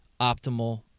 optimal